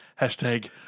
Hashtag